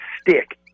stick